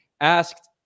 asked